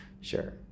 sure